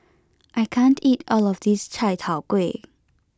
I can't eat all of this Chai Tow Kuay